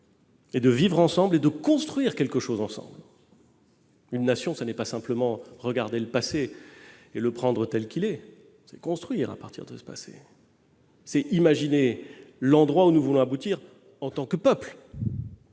et de vivre ensemble, de construire quelque chose ensemble ? Faire nation, ce n'est pas simplement considérer le passé pour ce qu'il est, c'est construire à partir de ce passé, c'est imaginer où nous voulons aboutir en tant que peuple.